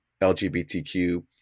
LGBTQ